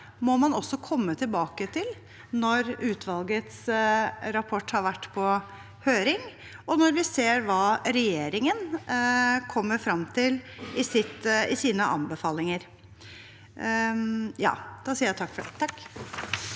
må man komme tilbake til når utvalgets rapport har vært på høring, og når vi ser hva regjeringen kommer frem til i sine anbefalinger. Cecilie Myrseth